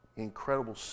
incredible